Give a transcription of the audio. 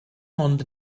ond